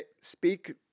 Speak